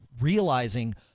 realizing